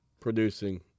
producing